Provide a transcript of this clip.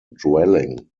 dwelling